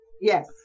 Yes